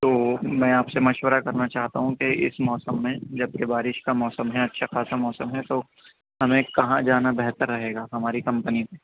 تو میں آپ سے مشورہ کرنا چاہتا ہوں کہ اس موسم میں جب کہ بارش کا موسم ہے اچھا خاصا موسم ہے تو ہمیں کہاں جانا بہتر رہے گا ہماری کمپنی کو